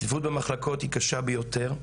הצפיפות במחלקות היא קשה ביותר.